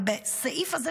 ובסעיף הזה,